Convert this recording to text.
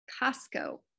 Costco